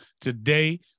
today